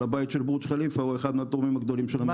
הבעל בית של בורג' חליפה הוא אחד מהתורמים הגדולים של המיזם.